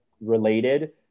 related